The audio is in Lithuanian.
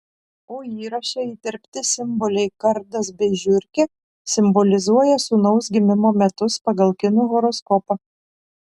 o įraše įterpti simboliai kardas bei žiurkė simbolizuoja sūnaus gimimo metus pagal kinų horoskopą